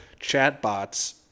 chatbots